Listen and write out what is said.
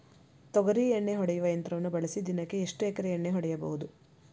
ತೊಗರಿ ಎಣ್ಣೆ ಹೊಡೆಯುವ ಯಂತ್ರವನ್ನು ಬಳಸಿ ದಿನಕ್ಕೆ ಎಷ್ಟು ಎಕರೆ ಎಣ್ಣೆ ಹೊಡೆಯಬಹುದು?